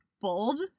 bold